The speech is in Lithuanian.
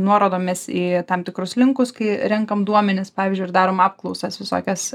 nuorodomis į tam tikrus linkus kai renkam duomenis pavyzdžiui ir darom apklausas visokias